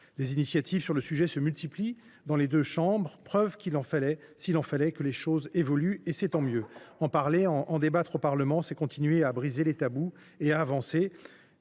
Les initiatives sur le sujet se multiplient dans les deux chambres, preuve s’il en fallait que les choses évoluent, et c’est tant mieux. En parler, en débattre au Parlement, c’est continuer de briser les tabous et avancer.